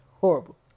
Horrible